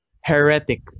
Heretic